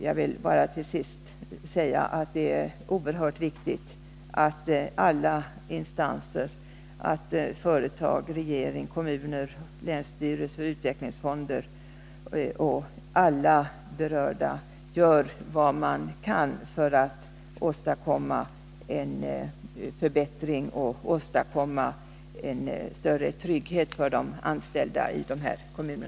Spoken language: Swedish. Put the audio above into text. Jag vill bara till sist säga att det är oerhört viktigt att alla instanser — företag, 10 Riksdagens protokoll 1981/82:140-144 regering, kommuner, länsstyrelser, utvecklingsfonder och de berörda — gör vad man kan för att få till stånd en förbättring och åstadkomma en större trygghet för de anställda i dessa kommuner.